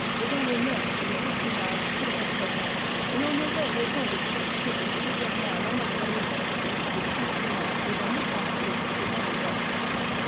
et dans les moeurs des personnages qu'il représente et l'on aurait raison de critiquer ptus sévèrement un anachronisme dans les sentiments et dans les pensées que dans les dates